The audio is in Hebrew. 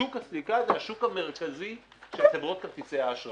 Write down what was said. שוק הסליקה הוא השוק המרכזי של חברות כרטיסי האשראי.